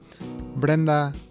brenda